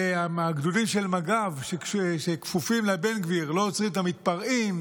והגדודים של מג"ב שכפופים לבן גביר לא עוצרים את המתפרעים,